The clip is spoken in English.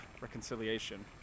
reconciliation